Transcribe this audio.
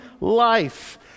life